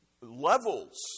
levels